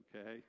okay